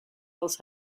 else